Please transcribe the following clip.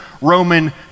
roman